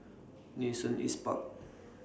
Nee Soon East Park